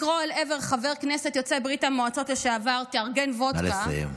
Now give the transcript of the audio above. לקרוא אל עבר חבר כנסת יוצא ברית המועצות לשעבר "תארגן וודקה" נא לסיים.